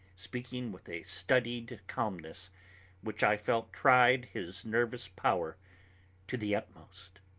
speaking with a studied calmness which i felt tried his nervous power to the utmost